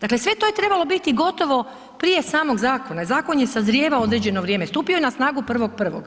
Dakle, sve je to trebalo biti gotovo prije samog zakona, zakon je sazrijevao određeno vrijeme, stupio je na snagu 1.1.,